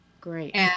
Great